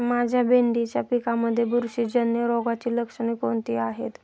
माझ्या भेंडीच्या पिकामध्ये बुरशीजन्य रोगाची लक्षणे कोणती आहेत?